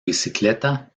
bicicleta